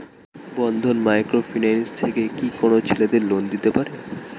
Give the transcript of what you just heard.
বন্ধন micro finance থেকে কি কোন ছেলেদের লোন দিতে পারে?